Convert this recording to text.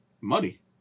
Money